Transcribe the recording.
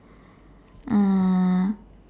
uh